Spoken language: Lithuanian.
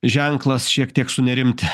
ženklas šiek tiek sunerimti